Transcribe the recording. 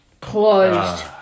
closed